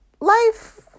Life